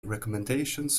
recommendations